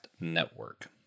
Network